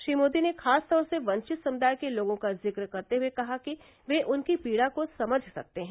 श्री मोदी ने खासतौर से वंचित समूदाय के लोगों का जिक्र करते हुए कहा कि ये उनकी पीड़ा को समझ सकते हैं